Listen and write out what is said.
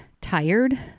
tired